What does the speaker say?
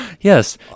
Yes